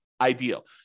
ideal